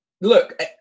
look